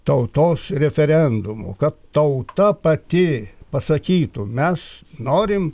tautos referendumu kad tauta pati pasakytų mes norim